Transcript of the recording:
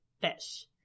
fish